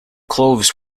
clothes